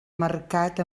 marcat